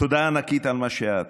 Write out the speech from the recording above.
תודה ענקית על מה שאת.